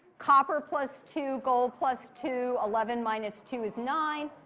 copper plus two, gold plus two, eleven minus two is nine.